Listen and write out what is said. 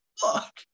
fuck